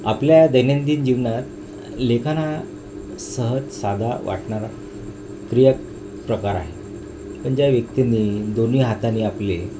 आपल्या दैनंदिन जीवनात लिखाण हा सहज साधा वाटणार प्रिय प्रकार आहे पण ज्या व्यक्तींनी दोन्ही हातानी आपले